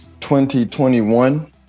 2021